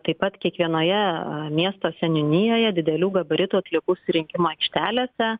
taip pat kiekvienoje miesto seniūnijoje didelių gabaritų atliekų surinkimo aikštelėse